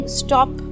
stop